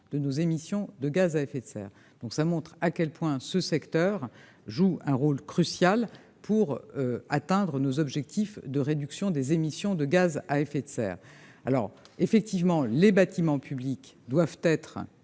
de nos émissions de gaz à effet de serre. Cela montre à quel point ce secteur joue un rôle crucial pour atteindre nos objectifs de réduction des émissions de gaz à effet de serre. Les bâtiments publics doivent être